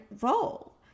role